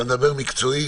אתה מדבר מקצועית